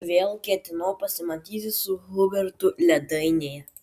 vėl ketinau pasimatyti su hubertu ledainėje